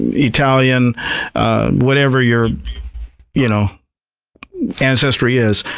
italian whatever your you know ancestry is,